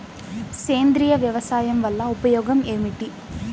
సేంద్రీయ వ్యవసాయం వల్ల ఉపయోగం ఏమిటి?